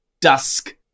Dusk